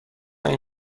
این